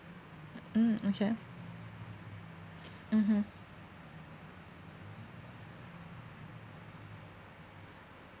mm okay mmhmm